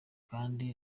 kandi